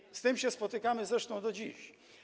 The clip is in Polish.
I z tym się spotykamy zresztą do dziś.